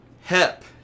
HEP